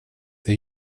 det